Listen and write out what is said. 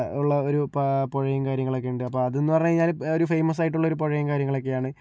ഉള്ള ഒരു പുഴയും കാര്യങ്ങളൊക്കെ ഉണ്ട് അപ്പോൾ അതെന്നു പറഞ്ഞുകഴിഞ്ഞാൽ ഒരു ഫേമസായിട്ടുള്ളൊരു പുഴയും കാര്യങ്ങളൊക്കെയാണ്